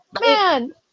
man